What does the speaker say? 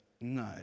no